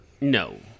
No